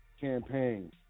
campaign